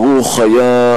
אדוני היושב-ראש,